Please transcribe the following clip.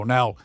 Now